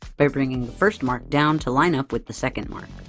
by bringing the first mark down to line up with the second mark.